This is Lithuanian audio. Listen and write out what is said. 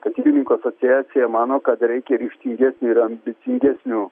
statybininkų asociacija mano kad reikia ryžtingesnių ir ambicingesnių